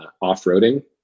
off-roading